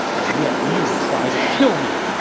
and yet you tried to kill me!